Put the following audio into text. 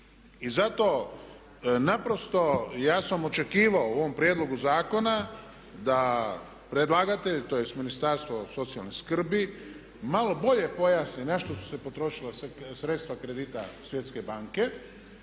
i zato naprosto ja sam očekivao u ovom prijedlogu zakona da predlagatelj tj. Ministarstvo socijalne skrbi malo bolje pojasni na što su se potrošila sredstva kredita Svjetske banke,